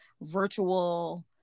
virtual